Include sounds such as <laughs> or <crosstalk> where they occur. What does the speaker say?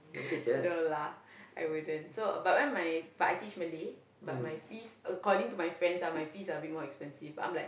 <laughs> no lah I wouldn't so but my but I teach Malay but my fees according to my friends ah my fees are a bit more expensive I am like